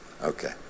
Okay